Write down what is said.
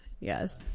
Yes